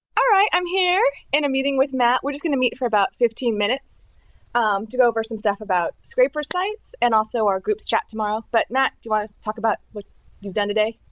ah right, i'm here in a meeting with matt. we're just going to meet for about fifteen minutes to go over some stuff about scrapper sites, and also our groups chat tomorrow. but, matt, do you want to talk about what you've done today?